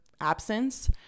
absence